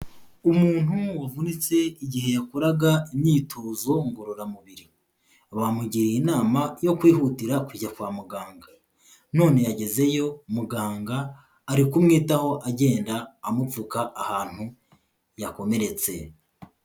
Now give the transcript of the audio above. Umuntu wavunitse igihe yakoraga imyitozo ngororamubiri, bamugiriye inama yo kwihutira kujya kwa muganga, none yagezeyo muganga ari kumwitaho agenda amupfuka ahantu yakomeretse.